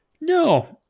no